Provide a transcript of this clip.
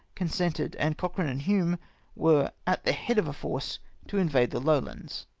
consented, and cochrane and hume were at the head of a force to invade the lowlands.